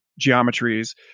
geometries